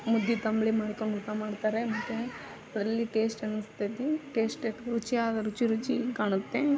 ಮುದ್ದೆ ತಂಬುಳಿ ಮಾಡ್ಕೊಂಡು ಊಟ ಮಾಡ್ತಾರೆ ಮತ್ತು ಅಲ್ಲಿ ಟೇಸ್ಟ್ ಏನೋ ಸಿಕ್ತೈತಿ ಟೇಸ್ಟ್ ಯಾಕೆ ರುಚಿಯಾದ ರುಚಿ ರುಚಿ ಕಾಣುತ್ತೆ